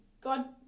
god